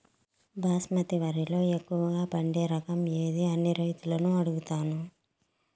బాస్మతి వరిలో ఎక్కువగా పండే రకం ఏది అని రైతులను అడుగుతాను?